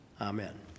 Amen